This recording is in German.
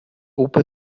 opa